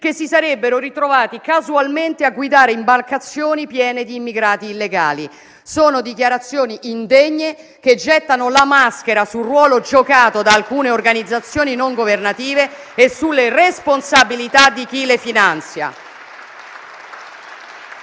che si sarebbero ritrovati casualmente a guidare imbarcazioni piene di immigrati illegali. Sono dichiarazioni indegne che gettano la maschera sul ruolo giocato da alcune organizzazioni non governative e sulle responsabilità di chi le finanzia.